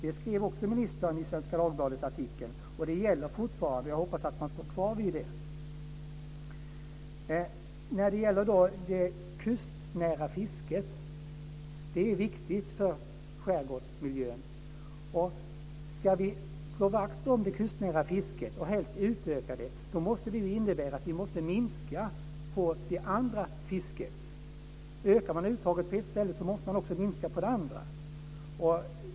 Det skrev ministern i artikeln i Svenska Dagbladet, och det gäller fortfarande. Jag hoppas att man står fast vid det. Det kustnära fisket är viktigt för skärgårdsmiljön. Ska vi slå vakt om det kustnära fisket, och helst utöka det, måste det innebära att vi måste minska det andra fisket. Ökar man uttaget på ett ställe, måste man minska på ett annat.